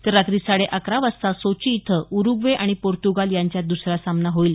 तर रात्री साडेअकरा वाजता सोची इथं उरुग्वे आणि पोर्तुगाल यांच्यात द्सरा सामना होईल